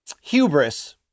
hubris